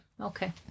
Okay